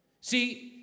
See